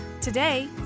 Today